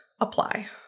apply